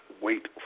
wait